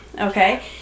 okay